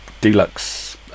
deluxe